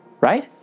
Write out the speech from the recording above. Right